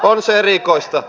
on se erikoista